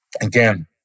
again